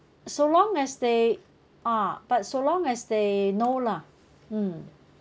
so long as they ah but so long as they know lah mm